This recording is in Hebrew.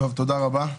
תודה רבה.